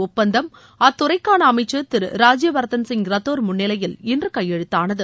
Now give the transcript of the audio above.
ஒப்பந்தம் அத்துறைக்காள அமைச்சர் திரு ராஜ்யவர்தன் சிங் ரத்தோர் முன்னிலையில் இன்று கையெழுத்தானது